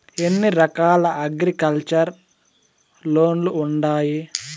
ఎన్ని రకాల agriculture loans ఉండాయి